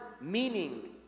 meaning